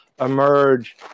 emerge